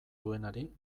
duenari